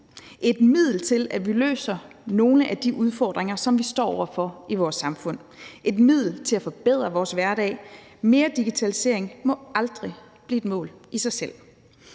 et middel til, at vi løser nogle af de udfordringer, som vi står over for i vores samfund, et middel til at forbedre vores hverdag. Mere digitalisering må aldrig blive et mål i sig selv.